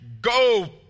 go